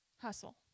Hustle